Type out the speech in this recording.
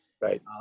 right